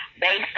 based